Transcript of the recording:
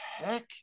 heck